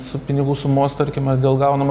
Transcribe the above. su pinigų sumos tarkim ar dėl gaunamo